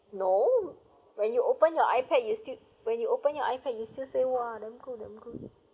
no when you open your I_pad you still when you open your I_pad you still say !wah! damn good damn good